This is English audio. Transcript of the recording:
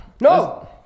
No